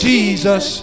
Jesus